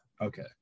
okay